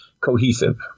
cohesive